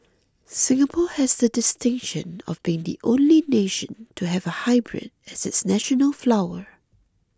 Singapore has the distinction of being the only nation to have a hybrid as its national flower